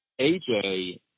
AJ